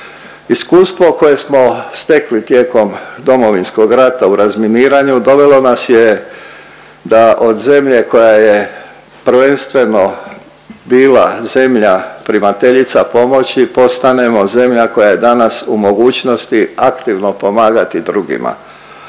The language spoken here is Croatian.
Iskustvo koje smo stekli tijekom Domovinskog rata u razminiranja dovelo nas je da od zemlje koja je prvenstveno bila zemlja primateljica pomoći, postanemo zemlja koja je danas u mogućnosti aktivno pomagati drugima.